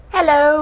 Hello